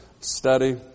study